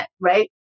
right